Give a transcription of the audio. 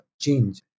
change